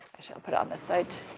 i shall put on this side.